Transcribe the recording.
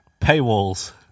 Paywalls